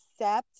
accept